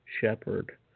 shepherd